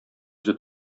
үзе